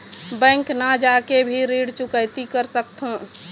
Bank न जाके भी ऋण चुकैती कर सकथों?